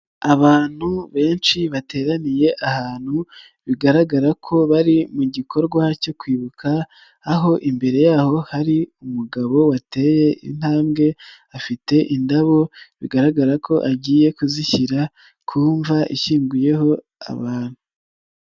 Abantu benshi bateraniye ahantu bigaragara ko bari mu gikorwa cyo kwibuka, aho imbere yaho hari umugabo wateye intambwe, afite indabo bigaragara ko agiye kuzishyira ku mva ishyinguyeho abantu.